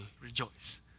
rejoice